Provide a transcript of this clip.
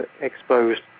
exposed